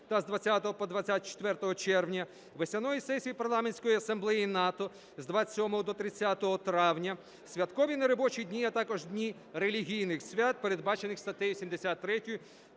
та з 20 по 24 червня; весняної сесії Парламентської асамблеї НАТО з 27 до 30 травня; святкові неробочі дні, а також дні релігійних свят, передбачених статтею 73